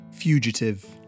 FUGITIVE